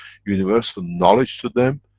universal knowledge to them.